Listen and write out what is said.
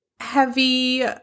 Heavy